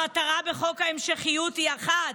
המטרה בחוק ההמשכיות היא אחת: